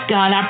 God